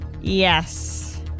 Yes